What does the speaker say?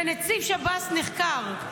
ונציב שב"ס נחקר,